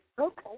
Okay